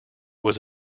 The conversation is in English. was